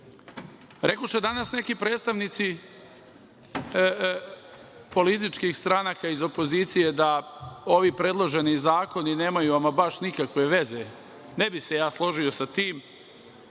domu. Rekoše danas neki predstavnici političkih stranaka iz opozicije da ovi predloženi zakoni nemaju ama baš nikakve veze. Ne bih se ja složio sa tim.